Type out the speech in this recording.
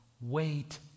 wait